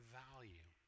value